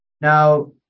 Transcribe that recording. Now